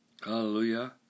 hallelujah